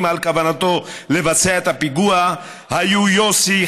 על כוונתו לבצע את הפיגוע היו יוסי,